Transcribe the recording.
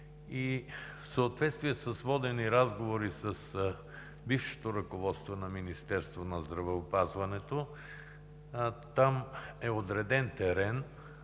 В съответствие с водени разговори с бившето ръководство на Министерството на здравеопазването там е отреден терен,